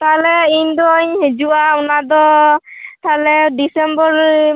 ᱛᱟᱦᱚᱞᱮ ᱤᱧᱫᱚᱧ ᱦᱤᱡᱩᱜᱼᱟ ᱚᱱᱟᱫᱚ ᱛᱟᱦᱚᱞᱮ ᱰᱤᱥᱮᱢᱵᱚᱨ